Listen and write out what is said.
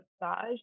massage